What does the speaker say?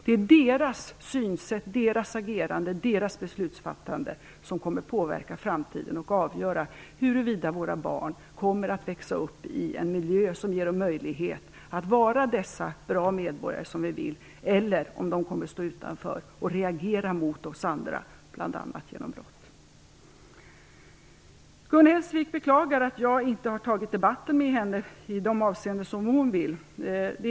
Det är deras synsätt, agerande och beslutfattande som kommer att påverka framtiden och avgöra huruvida våra barn kommer att växa upp i en miljö som ger dem möjlighet att bli de goda medborgare som vi vill ha eller om de kommer att stå utanför och reagera mot oss andra bl.a. genom brott. Gun Hellsvik beklagar att jag inte har tagit upp debatten med henne i de sammanhang där hon har önskat föra diskussionen.